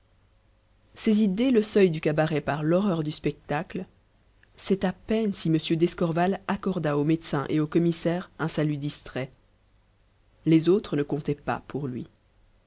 saisi dès le seuil du cabaret par l'horreur du spectacle c'est à peine si m d'escorval accorda aux médecins et au commissaire un salut distrait les autres ne comptaient pas pour lui